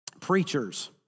preachers